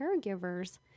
caregiver's